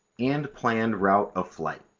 and planned route of flight.